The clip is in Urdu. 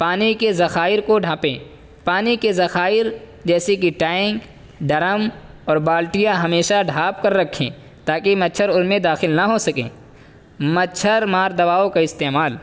پانی کےذخائر کو ڈھانپیں پانی کے ذخائر جیسے کہ ٹینک ڈرم اور بالٹیاں ہمیشہ ڈھانپ کر رکھیں تاکہ مچھر ان میں داخل نہ ہوسکیں مچھر مار دواؤں کا استعمال